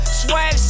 swag